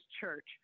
church